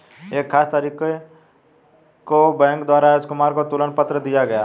एक खास तारीख को बैंक द्वारा राजकुमार को तुलन पत्र दिया गया